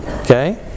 okay